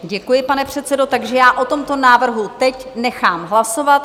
Děkuji, pane předsedo, takže já o tomto návrhu teď nechám hlasovat.